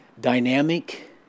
dynamic